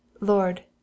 Lord